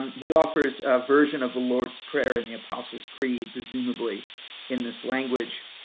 he offers a version of the lord's prayer and the apostle's creed presumably in this language.